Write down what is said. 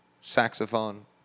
saxophone